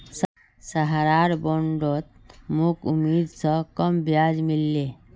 सहारार बॉन्डत मोक उम्मीद स कम ब्याज मिल ले